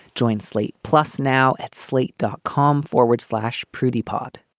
joint slate plus now at slate dot com forward slash prudy pod